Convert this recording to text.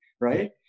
right